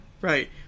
right